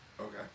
Okay